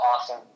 awesome